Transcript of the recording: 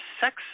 sex